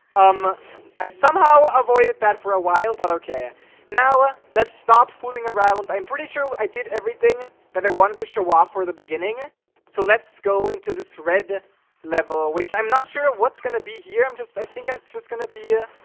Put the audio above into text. um i somehow avoided that for a while but ok now ah let's stop fooling around but i'm pretty sure i did everything that i wanted to show off for the beginning ah so let's go into this red level, which i'm not sure what's gonna be here. i'm just i think it's just gonna be ah